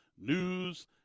news